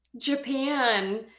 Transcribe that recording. japan